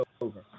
over